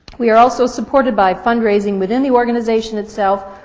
we're also supported by fundraising within the organization itself.